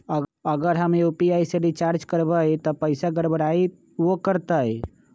अगर हम यू.पी.आई से रिचार्ज करबै त पैसा गड़बड़ाई वो करतई?